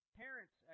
parents